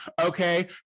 okay